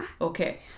Okay